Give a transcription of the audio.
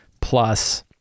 plus